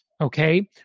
okay